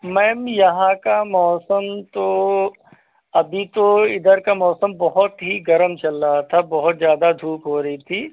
ma'am यहां का मौसम तो अभी तो इधर का मौसम बहुत ही गर्म चल रहा था बहुत ज्यादा धूप हो रही थी